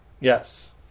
Yes